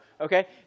okay